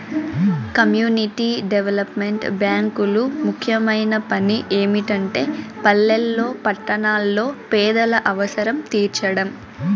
community development బ్యేంకులు ముఖ్యమైన పని ఏమిటంటే పల్లెల్లో పట్టణాల్లో పేదల అవసరం తీర్చడం